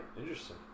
interesting